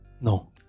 No